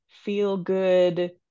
feel-good